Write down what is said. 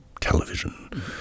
television